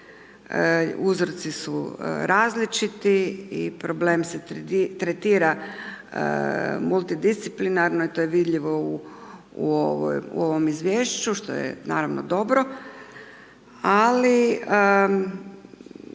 uzroci su različiti i problem se tretira multidisciplinarano i to je vidljivo u ovom izvješću što je naravno dobro. Ali,